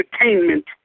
entertainment